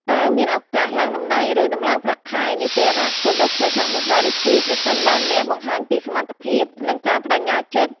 តើមានឱកាស ឡើងតំណែង ឬ ដំឡើងប្រាក់ខែ នាពេលអនាគតដ៏ខ្លីខាងមុខដែរឬទេ ប្រសិនបើអ្នកបង្ហាញពីសមត្ថភាព និងការប្ដេជ្ញាចិត្ត?